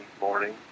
morning